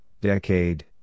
decade